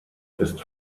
ist